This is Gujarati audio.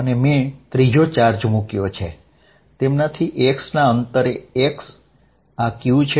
અને મેં ત્રીજો ચાર્જ મૂક્યો તેમનાથી x ના અંતરે x આ q છે